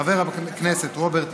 חבר הכנסת רוברט אילטוב,